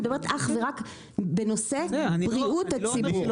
אני מדברת אך ורק בנושא בריאות הציבור.